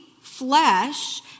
flesh